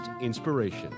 inspiration